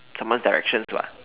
someone's directions [what]